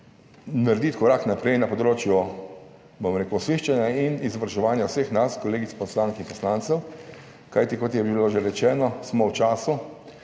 narediti korak naprej na področju osveščanja in izobraževanja vseh nas kolegov poslank in poslancev. Kajti kot je bilo že rečeno, smo v času,